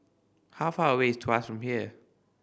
how far away is Tuas from here